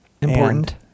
Important